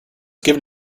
given